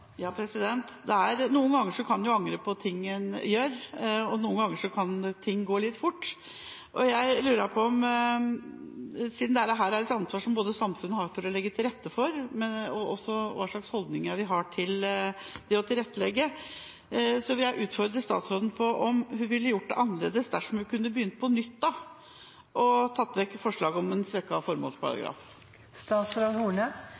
Noen ganger kan en angre på ting en gjør, og noen ganger kan ting gå litt fort. Siden dette handler om noe som samfunnet har et ansvar for å legge til rette for, og også om hva slags holdninger vi har til det å tilrettelegge, vil jeg utfordre statsråden på følgende: Ville hun gjort det annerledes dersom hun kunne begynt på nytt, og tatt vekk forslaget om en